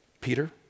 Peter